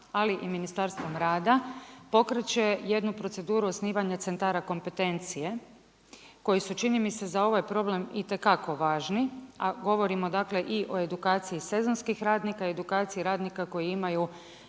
ali i Ministarstvom rada pokreće jednu proceduru osnivanja centara kompetencije koji su čini mi se za ovaj problem itekako važni, a govorimo i o edukaciji sezonskih radnika, edukaciji radnika koji imaju